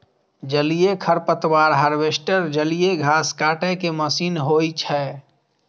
जलीय खरपतवार हार्वेस्टर जलीय घास काटै के मशीन होइ छै